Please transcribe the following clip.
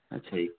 ਅੱਛਾ ਜੀ